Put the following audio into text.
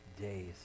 days